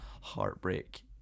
heartbreak